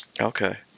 Okay